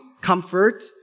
comfort